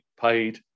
paid